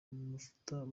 mavuta